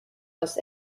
was